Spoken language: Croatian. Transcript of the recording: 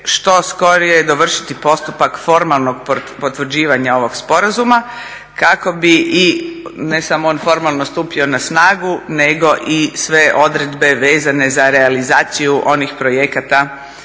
što skorije dovršiti postupak formalnog potvrđivanja ovog sporazuma kako bi i ne samo on formalno stupio na snagu nego i sve odredbe vezane za realizaciju onih projekata